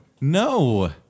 No